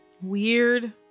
Weird